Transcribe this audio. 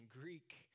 Greek